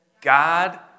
God